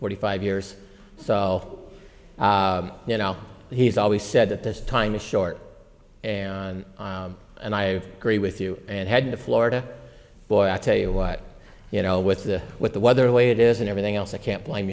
forty five years so you know he's always said that this time is short and and i agree with you and had the florida boy i tell you what you know with the with the weather way it is and everything else i can't blame